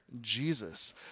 Jesus